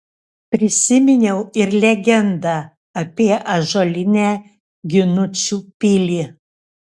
prisiminiau ir legendą apie ąžuolinę ginučių pilį